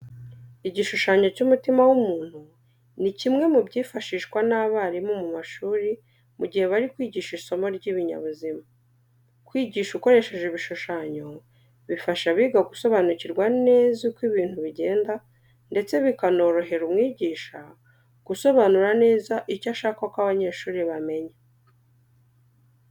Igishushanyo cy'umutima w'umuntu ni kimwe mu byifashishwa n'abarimu mu mashuri mu gihe bari kwigisha isomo ry'ibinyabuzima. Kwigisha ukoresheje ibishushanyo bifasha abiga gusobanukirwa neza uko ibintu bigenda ndetse bikanorohera umwigisha gusobanura neza icyo ashaka ko abanyeshuri bamenya.